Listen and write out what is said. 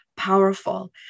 powerful